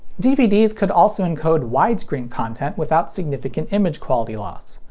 dvds could also encode widescreen content without significant image quality loss.